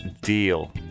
deal